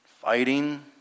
fighting